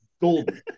golden